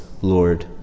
Lord